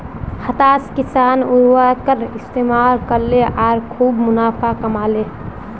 हताश किसान उर्वरकेर इस्तमाल करले आर खूब मुनाफ़ा कमा ले